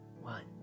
one